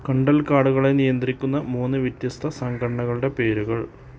കണ്ടൽക്കാടുകളെ നിയന്ത്രിക്കുന്ന മൂന്ന് വ്യത്യസ്ത സംഘടനകളുടെ പേരുകൾ